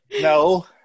No